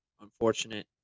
unfortunate